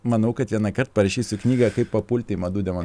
manau kad vienąkart parašysiu knygą kaip papult į madų demon